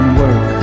work